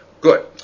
Good